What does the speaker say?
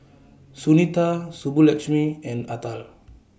Sunita Subbulakshmi and Atal